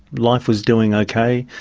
life was doing okay,